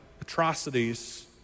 atrocities